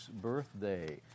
birthday